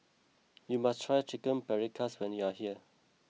you must try Chicken Paprikas when you are here